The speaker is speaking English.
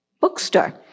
bookstore